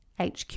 HQ